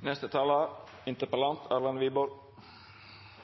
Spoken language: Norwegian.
Jeg takker statsråden for svaret. Jeg tar det